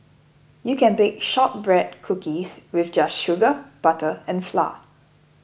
you can bake Shortbread Cookies with just sugar butter and flour